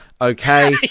Okay